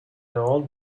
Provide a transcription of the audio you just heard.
old